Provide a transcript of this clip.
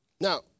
Now